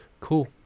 Cool